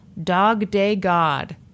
dogdaygod